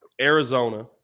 Arizona